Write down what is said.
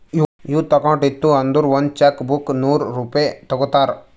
youth account ಇತ್ತು ಅಂದುರ್ ಒಂದ್ ಚೆಕ್ ಬುಕ್ಗ ನೂರ್ ರೂಪೆ ತಗೋತಾರ್